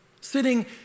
Sitting